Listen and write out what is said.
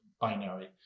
binary